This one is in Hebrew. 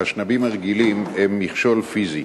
האשנבים הרגילים הם מכשול פיזי.